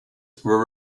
were